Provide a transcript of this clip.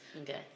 okay